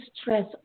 stress